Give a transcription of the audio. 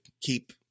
keep